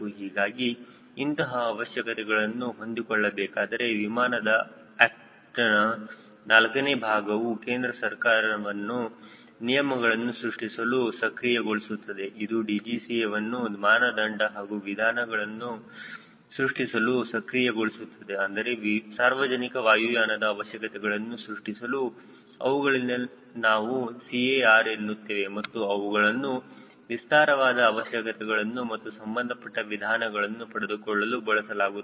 ಹೀಗಾಗಿ ಇಂತಹ ಅವಶ್ಯಕತೆಗಳನ್ನು ಹೊಂದಿಕೊಳ್ಳಬೇಕಾದರೆ ವಿಮಾನದ ಆಕ್ಟನ 4ನೇ ಭಾಗವು ಕೇಂದ್ರಸರ್ಕಾರವನ್ನು ನಿಯಮಗಳನ್ನು ಸೃಷ್ಟಿಸಲು ಸಕ್ರಿಯಗೊಳಿಸುತ್ತದೆ ಇದು DGCAವನ್ನು ಮಾನದಂಡ ಹಾಗೂ ವಿಧಾನಗಳನ್ನು ಸೃಷ್ಟಿಸಲು ಸಕ್ರಿಯಗೊಳಿಸುತ್ತದೆ ಅಂದರೆ ಸಾರ್ವಜನಿಕ ವಾಯುಯಾನದ ಅವಶ್ಯಕತೆಗಳನ್ನು ಸೃಷ್ಟಿಸಲು ಅವುಗಳನ್ನು ನಾವು CAR ಎನ್ನುತ್ತೇವೆ ಮತ್ತು ಅವುಗಳನ್ನು ವಿಸ್ತಾರವಾದ ಅವಶ್ಯಕತೆಗಳನ್ನು ಮತ್ತು ಸಂಬಂಧಪಟ್ಟ ವಿಧಾನಗಳನ್ನು ಪಡೆದುಕೊಳ್ಳಲು ಬಳಸಲಾಗುತ್ತದೆ